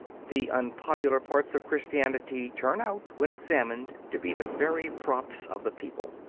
the unpopular parts of christianity turn out when examined to be the very props of the people.